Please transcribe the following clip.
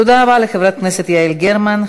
תודה רבה לחברת הכנסת יעל גרמן.